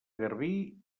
garbí